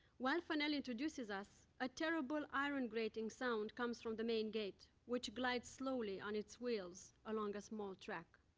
while fanel introduces us, a terrible iron-grating sound comes from the main gate, which glides slowly on its wheels along a small track.